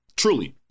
Truly